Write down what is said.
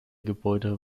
gebäude